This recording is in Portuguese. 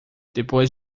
depois